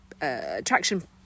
attraction